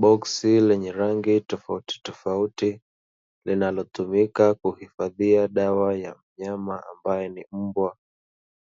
Boksi lenye rangi tofautitofauti, linalotumika kuhifadhia dawa ya mnyama ambaye ni mbwa,